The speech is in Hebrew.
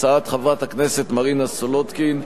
הצעת חברת הכנסת מרינה סולודקין,